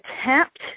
attempt